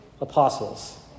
apostles